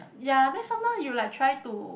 ya then sometime you like trying to